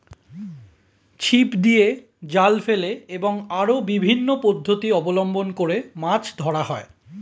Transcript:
ছিপ দিয়ে, জাল ফেলে এবং আরো বিভিন্ন পদ্ধতি অবলম্বন করে মাছ ধরা হয়